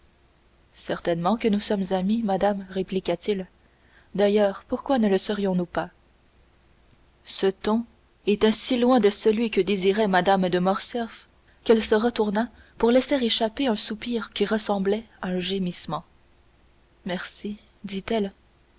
certainement que nous sommes amis madame répliqua-t-il d'ailleurs pourquoi ne le serions-nous pas ce ton était si loin de celui que désirait mme de morcerf qu'elle se retourna pour laisser échapper un soupir qui ressemblait à un gémissement merci dit-elle